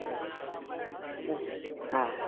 हा ह हा